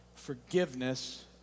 forgiveness